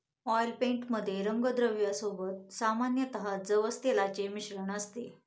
oil paint मध्ये रंगद्रव्या सोबत सामान्यतः जवस तेलाचे मिश्रण असते